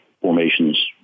formations